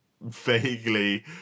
Vaguely